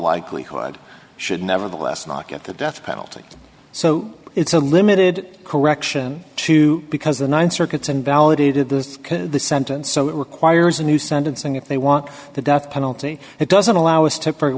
likelihood should nevertheless knock at the death penalty so it's a limited correction too because the th circuit's invalidated this the sentence so it requires a new sentencing if they want the death penalty it doesn't allow us to